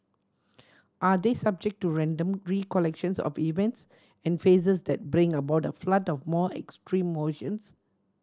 are they subject to random recollections of events and faces that bring about a flood of more extreme emotions